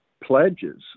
pledges